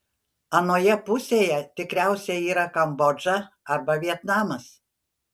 anoje pusėje tikriausiai yra kambodža arba vietnamas